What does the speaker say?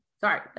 sorry